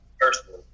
personally